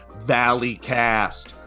Valleycast